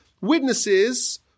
witnesses